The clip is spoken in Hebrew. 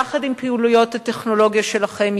בפעילויות הטכנולוגיה שלכם,